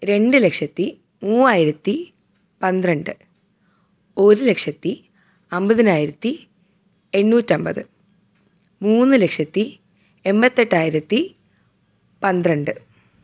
രണ്ട് ലക്ഷത്തി മൂവായിരത്തി പന്ത്രണ്ട് ഒരു ലക്ഷത്തി അൻപതിനായിരത്തി എണ്ണൂറ്റൻപത് മൂന്ന് ലക്ഷത്തി എൺപത്തെട്ടായിരത്തി പന്ത്രണ്ട്